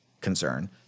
concern